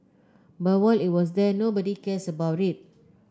but while it was there nobody cares about it